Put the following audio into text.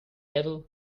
devil